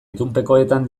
itunpekoetan